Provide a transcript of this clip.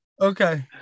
Okay